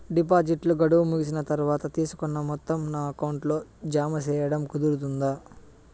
డిపాజిట్లు గడువు ముగిసిన తర్వాత, తీసుకున్న మొత్తం నా అకౌంట్ లో జామ సేయడం కుదురుతుందా?